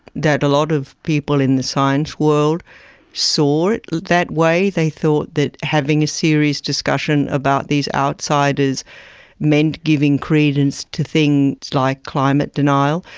that a lot of people in the science world sort of that way, they thought that having a serious discussion about these outsiders meant giving credence to things like climate denial.